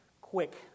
quick